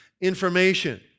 information